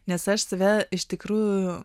nes aš save iš tikrųjų